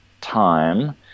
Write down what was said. time